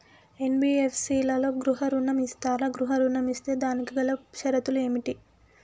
NBFC లలో గృహ ఋణం ఇస్తరా? గృహ ఋణం ఇస్తే దానికి గల షరతులు ఏమిటి?